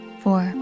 four